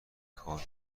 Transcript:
کال